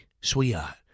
sweetheart